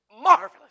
marvelous